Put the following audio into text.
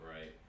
right